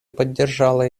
поддержала